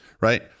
right